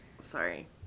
Sorry